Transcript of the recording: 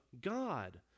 God